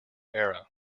era